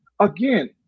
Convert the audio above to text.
again